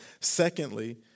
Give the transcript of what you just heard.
Secondly